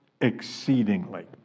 exceedingly